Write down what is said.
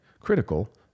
critical